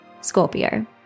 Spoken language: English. Scorpio